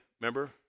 remember